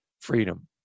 freedom